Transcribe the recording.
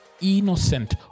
innocent